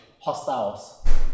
hostiles